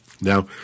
Now